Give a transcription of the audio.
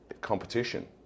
competition